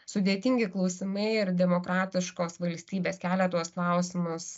sudėtingi klausimai ir demokratiškos valstybės kelia tuos klausimus